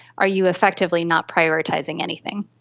are you effectively not prioritising anything?